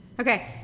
okay